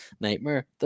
nightmare